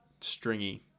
stringy